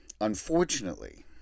Unfortunately